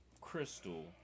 crystal